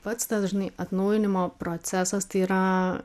pats tas žinai atnaujinimo procesas tai yra